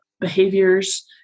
behaviors